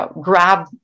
grab